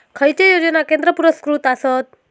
खैचे योजना केंद्र पुरस्कृत आसत?